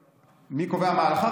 מי קובע מה ההלכה?